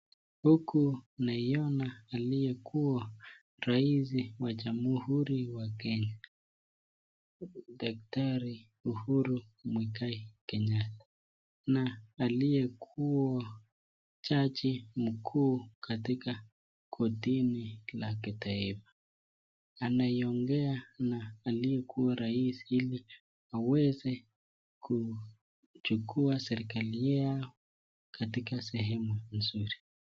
Huku naona aliyekuwa rais wa jamuhuri wa kenya daktari Uhuru Muigai Kenyatta na aliyekuwa jaji mkuu katika kortini la kitaifa anaongea na aliyekuwa rais ili aweze kuchukua serikali yao katika sehemu mzuri.